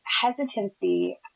hesitancy